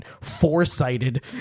foresighted